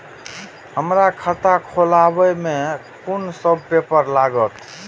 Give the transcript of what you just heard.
हमरा खाता खोलाबई में कुन सब पेपर लागत?